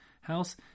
house